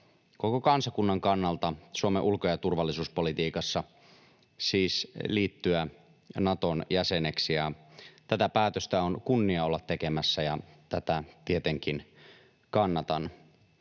koko kansakunnan kannalta Suomen ulko- ja turvallisuuspolitiikassa, siis liittyä Naton jäseneksi. Tätä päätöstä on kunnia olla tekemässä, ja tätä tietenkin kannatan.